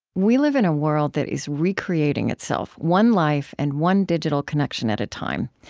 we live in a world that is recreating itself one life and one digital connection at a time.